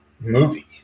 movie